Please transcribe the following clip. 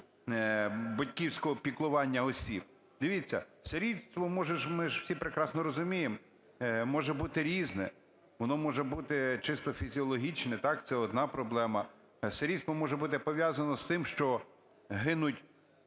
батьківського піклування осіб? Дивіться, сирітство може ж, ми ж всі прекрасно розуміємо, може бути різне. Воно може бути чисто фізіологічне – так? – це одна проблема, сирітство може бути пов'язане з тим, що гинуть